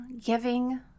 giving